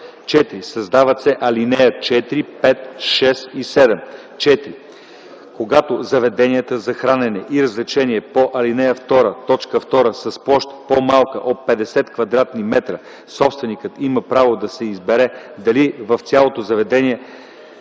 4. Създават се алинеи 4, 5, 6 и 7: „(4) Когато заведението за хранене и развлечение по ал. 2, т. 2 е с площ по-малка от 50 кв. м, собственикът има право да избере дали в цялото заведение